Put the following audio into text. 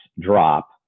drop